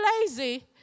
lazy